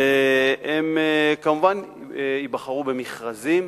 והם כמובן ייבחרו במכרזים